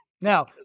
Now